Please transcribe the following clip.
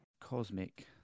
Cosmic